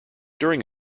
during